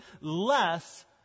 less